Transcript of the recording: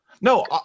No